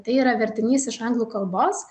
tai yra vertinys iš anglų kalbos